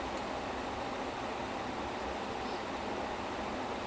then err if it's action னா:naa I think arrow is pretty good